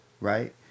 right